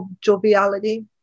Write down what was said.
joviality